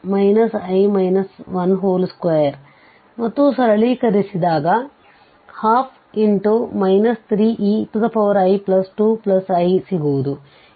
ಮತ್ತೂ ಸರಳೀಕರಿಸಿದಾಗ 12 3ei2iಸಿಗುವುದು